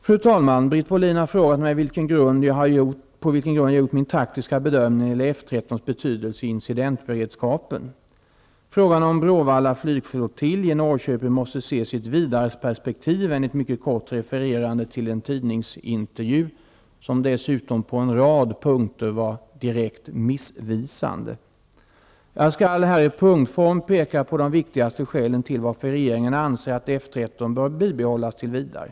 Fru talman! Britt Bohlin har frågat på vilken grund jag har gjort min taktiska bedömning när det gäller Frågan om Bråvalla flygflottilj i Norrköping måste ses i ett vidare perspektiv än ett mycket kort refererande till en tidningsintervju, som dessutom på en rad punkter var direkt missvisande. Jag skall här i punktform peka på de viktigaste skälen till att regeringen anser att F 13 bör bibehållas tills vidare.